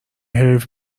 حیف